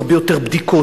הרבה יותר בדיקות,